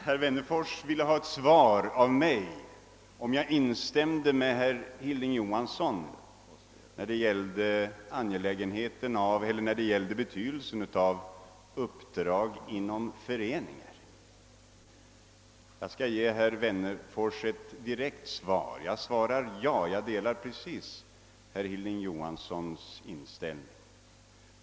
Herr Wennerfors ville veta huruvida jag instämde med Hilding Johansson i fråga om betydelsen av uppdrag inom föreningar. Jag skall ge herr Wennerfors ett direkt svar. Det blir ja. Jag delar herr Johanssons uppfattning.